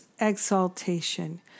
exaltation